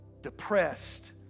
depressed